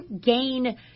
gain